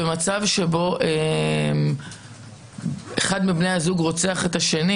במצב שבו אחד מבני הזוג רוצח את השני